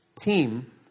team